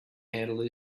handle